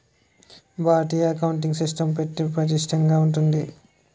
భారతీయ accounting system పటిష్టంగా ఉంటుంది